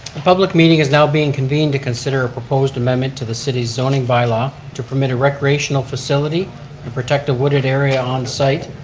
the public meeting is now being convened to consider a proposed amendment to the city's zoning bylaw to permit a recreational facility and protect a wooded area on site,